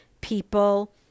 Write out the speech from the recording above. people